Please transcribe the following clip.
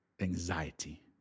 anxiety